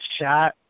shot